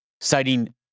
citing